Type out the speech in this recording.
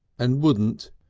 and wouldn't,